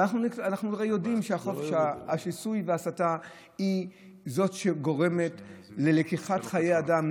ואנחנו הרי יודעים שחופש השיסוי וההסתה הוא זה שגורם ללקיחת חיי אדם,